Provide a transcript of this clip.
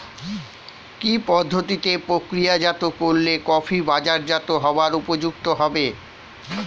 কি পদ্ধতিতে প্রক্রিয়াজাত করলে কফি বাজারজাত হবার উপযুক্ত হবে?